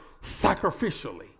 sacrificially